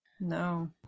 No